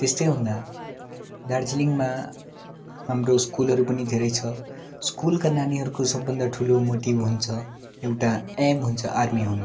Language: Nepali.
त्यस्तै हुँदा दार्जिलिङमा हाम्रो स्कुलहरू पनि धेरै छ स्कुलका नानीहरूको सबभन्दा ठुलो मोटिभ हुन्छ एउटा एम हुन्छ आर्मी हुनु